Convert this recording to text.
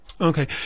Okay